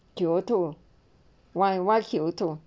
kyoto why why kyoto